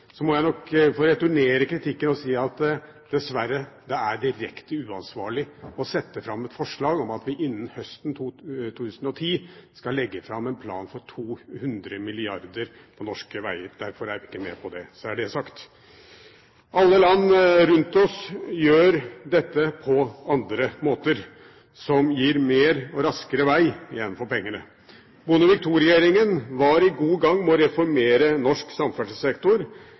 Så må jeg nok få returnere kritikken og si at dessverre, det er direkte uansvarlig å sette fram et forslag om at vi innen høsten 2010 skal legge fram en plan på 200 mrd. kr til norske veger. Derfor er vi ikke med på det, så er det sagt. Alle land rundt oss gjør dette på andre måter som gir mer og raskere veg igjen for pengene. Bondevik II-regjeringen var i god gang med å reformere norsk samferdselssektor,